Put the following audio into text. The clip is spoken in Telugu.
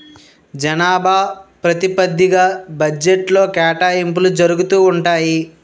జనాభా ప్రాతిపదిగ్గా బడ్జెట్లో కేటాయింపులు జరుగుతూ ఉంటాయి